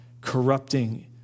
corrupting